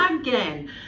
again